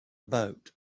boat